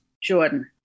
Jordan